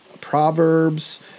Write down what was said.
Proverbs